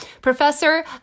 Professor